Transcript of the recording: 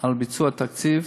על ביצוע התקציב,